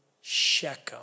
Shechem